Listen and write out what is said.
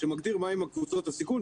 שמגדיר מה הן קבוצות הסיכון.